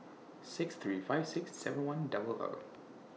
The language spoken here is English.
six three five six seven one double O